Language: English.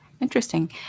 interesting